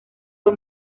fue